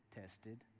tested